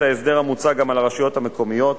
ההסדר המוצע גם על הרשויות המקומיות,